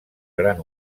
gran